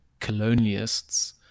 colonialists